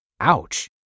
Ouch